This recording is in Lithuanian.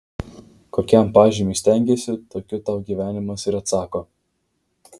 kokiam pažymiui stengiesi tokiu tau gyvenimas ir atsako